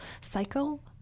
cycle